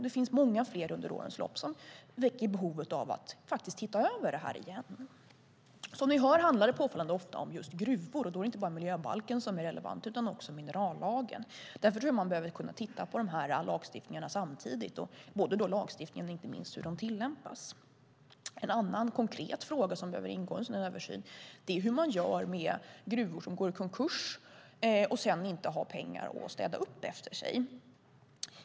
Det finns många fler under årens lopp som väcker behovet av att titta över detta igen. Som ni hör handlar det påfallande ofta om just gruvor. Då är det inte bara miljöbalken som är relevant utan också minerallagen. Därför behöver man kunna titta på lagstiftningarna samtidigt och inte minst hur lagstiftningarna tillämpas. En annan konkret fråga som behöver ingå i en sådan översyn är hur man gör med gruvor som går i konkurs och sedan inte har pengar att städa upp efter sig.